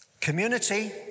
Community